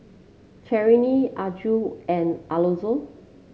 Cherelle Arjun and Alonzo